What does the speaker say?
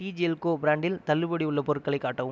D G L co பிராண்டில் தள்ளுபடி உள்ள பொருட்களை காட்டவும்